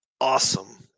awesome